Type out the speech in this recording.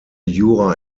jura